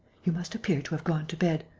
you must appear to have gone to bed.